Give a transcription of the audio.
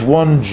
one